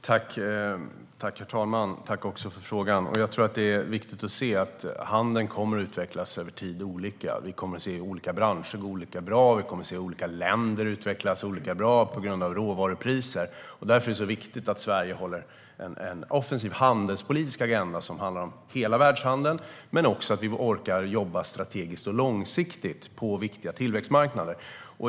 Herr talman! Tack för frågan! Jag tror att det är viktigt att se att handeln kommer att utvecklas över tid. Vi kommer att se hur olika branscher går olika bra, och vi kommer att se olika länder utvecklas olika bra på grund av råvarupriserna. Därför är det så viktigt att Sverige har en offensiv handelspolitisk agenda som handlar om hela världshandeln men också att vi orkar jobba strategiskt och långsiktigt på viktiga tillväxtmarknader.